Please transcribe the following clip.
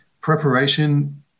Preparation